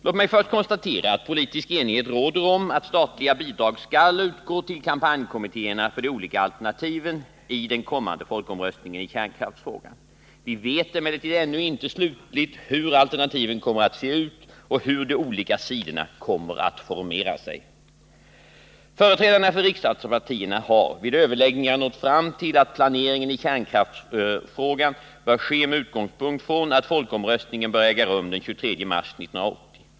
Låt mig först konstatera att politisk enighet råder om att statliga bidrag skall utgå till kampanjkommittéerna för de olika alternativen i den kommande folkomröstningen i kärnkraftsfrågan. Vi vet emellertid ännu inte slutligt hur alternativen kommer att se ut och hur de olika sidorna kommer att formera sig. Företrädarna för riksdagspartierna har vid överläggningar nått fram till att planeringen i kärnkraftsfrågan bör ske med utgångspunkt i att folkomröstningen bör äga rum den 23 mars 1980.